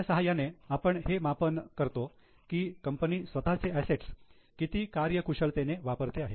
त्याच्या सहाय्याने आपण हे मापन करतो कि कंपनी स्वतःचे असेट्स किती कार्यकुशलतेने वापरते